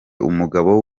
umugabo